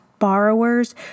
Borrowers